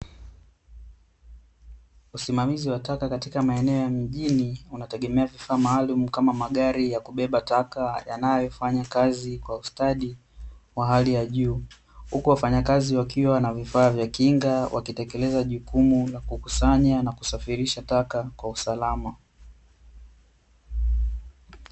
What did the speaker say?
Usimamizi wa taka katika maeneo ya mjini unategemea vifaa maalumu kama gari ya kubeba taka yanayofanya kazi kwa ustadi wa hali ya juu. Huku wafanyakazi wakiwa na vifaa vya kinga wakitekeleza jukumu la kukusanya na kusafirisha taka kwa usalama.